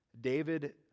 David